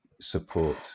support